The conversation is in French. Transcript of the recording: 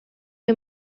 est